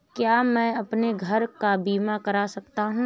क्या मैं अपने घर का बीमा करा सकता हूँ?